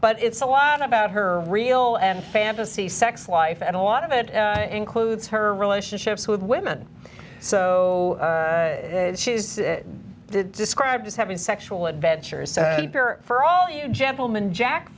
but it's a lot about her real and fantasy sex life and a lot of it includes her relationships with women so she's described as having sexual adventures for all you gentlemen jack